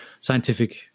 scientific